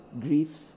Grief